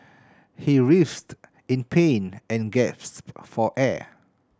he writhed in pain and gasped for air